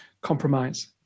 compromise